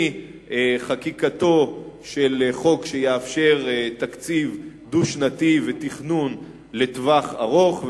מחקיקתו של חוק שיאפשר תקציב דו-שנתי ותכנון לטווח ארוך,